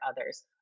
others